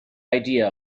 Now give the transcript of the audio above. idea